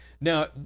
Now